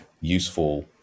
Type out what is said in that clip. useful